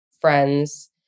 friends